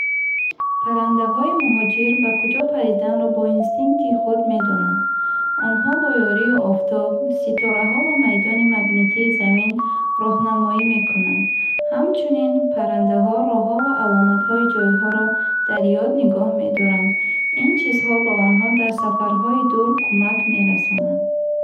Паррандаҳои муҳоҷир ба куҷо париданро бо инстинкти худ медонанд. Онҳо бо ёрии офтоб, ситораҳо ва майдони магнитии Замин роҳнамоӣ мекунанд. Ҳамчунин, паррандаҳо роҳҳо ва аломатҳои ҷойҳоро дар ёд нигоҳ медоранд. Ин чизҳо ба онҳо дар сафарҳои дур кӯмак мерасонанд.